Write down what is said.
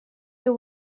you